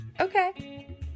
Okay